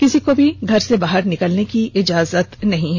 किसी को घर से बाहर निकलने की इजाजत नहीं है